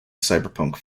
cyberpunk